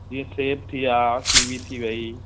जीअं सेब थी विया कीवी थी वई